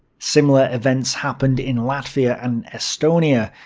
similar events happened in latvia and estonia.